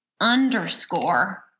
underscore